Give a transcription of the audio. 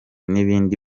nibindi